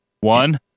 One